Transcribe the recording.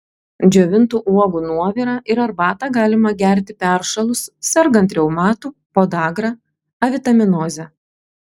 džiovintų uogų nuovirą ir arbatą galima gerti peršalus sergant reumatu podagra avitaminoze